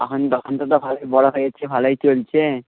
এখন দোকানটা তো ভালোই বড়ো হয়েছে ভালোই চলছে